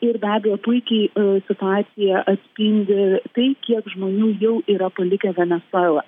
ir be abejo puikiai situaciją atspindi tai kiek žmonių jau yra palikę venesuelą